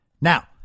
Now